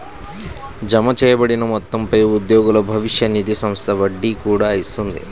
జమచేయబడిన మొత్తంపై ఉద్యోగుల భవిష్య నిధి సంస్థ వడ్డీ కూడా ఇస్తుంది